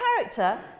character